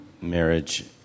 marriage